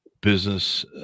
business